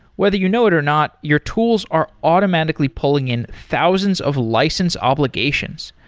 whether you know it or not, your tools are automatically pulling in thousands of license obligations.